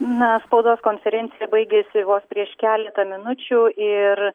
na spaudos konferencija baigėsi vos prieš keletą minučių ir